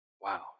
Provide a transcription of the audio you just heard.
Wow